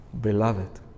Beloved